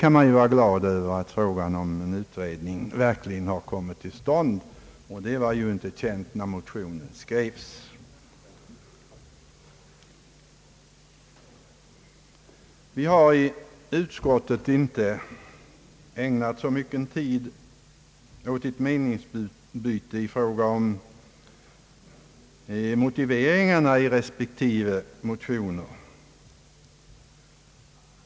Man kan ändå vara glad över att frågan om en utredning verkligen har tagits upp. Det var ju inte känt när motionen skrevs. Vi har i utskottet inte ägnat så mycken tid åt meningsutbyte i fråga om motiveringarna i respektive motioner.